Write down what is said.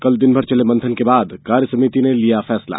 कल दिन भर चले मंथन के बाद कार्यसमिति ने किया फैसला